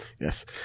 yes